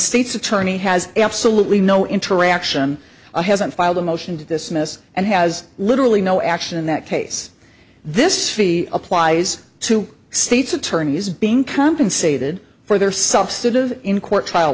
state's attorney has absolutely no interaction or hasn't filed a motion to dismiss and has literally no action in that case this fee applies to states attorneys being compensated for their self student in court trial